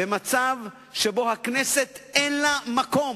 במצב שבו הכנסת אין לה מקום.